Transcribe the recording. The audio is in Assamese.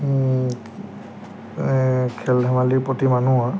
খেল ধেমালিৰ প্ৰতি মানুহৰ